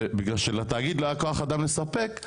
בגלל שלתאגיד לא היה כוח-אדם לספק,